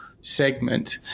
segment